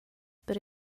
per